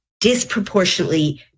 disproportionately